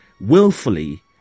willfully